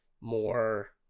more